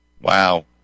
Wow